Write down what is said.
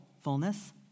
fullness